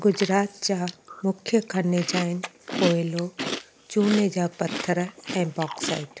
गुजरात जा मुख्य खनिज आइन कोयलो चूने जा पथर ऐं बॉक्साइड